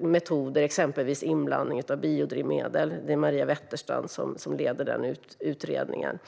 metoder, exempelvis med inblandning av biodrivmedel - det är Maria Wetterstrand som leder den utredningen.